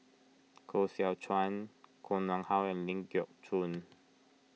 Koh Seow Chuan Koh Nguang How and Ling Geok Choon